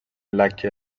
لکه